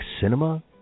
cinema